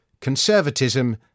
Conservatism